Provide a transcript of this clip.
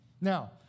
Now